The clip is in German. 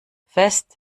fest